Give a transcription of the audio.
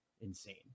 insane